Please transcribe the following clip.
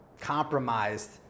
compromised